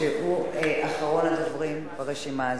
שהוא אחרון הדוברים ברשימה הזו.